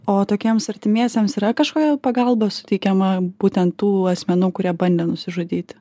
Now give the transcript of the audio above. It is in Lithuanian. o tokiems artimiesiems yra kažkokia pagalba suteikiama būtent tų asmenų kurie bandė nusižudyti